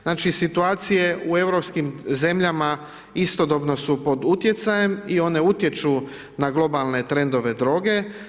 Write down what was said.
Znači, situacije u europskim zemljama, istodobno su pod utjecajem i one utječu na globalne trendove droge.